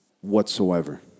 whatsoever